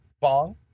Bong